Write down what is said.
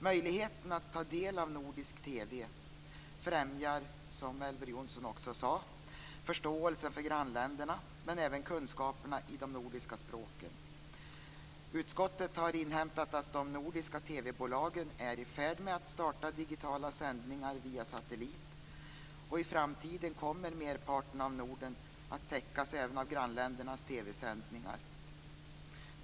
Möjligheten att ta del av nordisk TV främjar, som Elver Jonsson också sade, förståelsen för grannländerna, men även kunskaperna i de nordiska språken. Utskottet har inhämtat att de nordiska TV-bolagen är i färd med att starta digitala sändningar via satellit, och i framtiden kommer merparten av Norden att täckas även av grannländernas TV-sändningar.